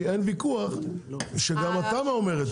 כי אין ויכוח שגם התמ"א אומרת את זה.